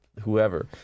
whoever